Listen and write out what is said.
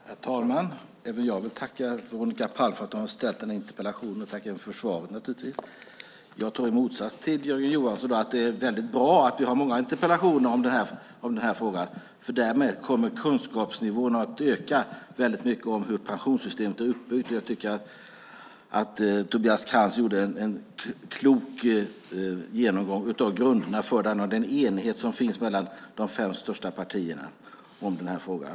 Herr talman! Även jag vill tacka Veronica Palm för att hon har ställt denna interpellation. Jag tackar naturligtvis även för svaret. Jag tror i motsats till Jörgen Johansson att det är bra att vi har många interpellationer i denna fråga, för därmed kommer kunskapen om hur pensionssystemet är uppbyggt att öka mycket. Tobias Krantz gjorde en klok genomgång av grunderna för det och den enighet som finns mellan de fem största partierna i denna fråga.